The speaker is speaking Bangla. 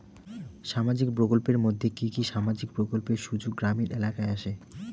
সামাজিক প্রকল্পের মধ্যে কি কি সামাজিক প্রকল্পের সুযোগ গ্রামীণ এলাকায় আসে?